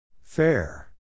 Fair